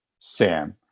Sam